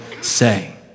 say